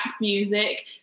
music